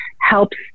helps